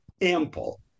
ample